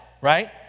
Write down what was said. right